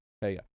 Hey